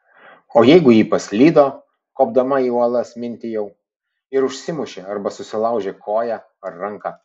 o jeigu ji paslydo kopdama į uolas mintijau ir užsimušė arba susilaužė koją ar ranką